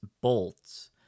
bolts